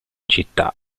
città